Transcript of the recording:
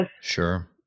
Sure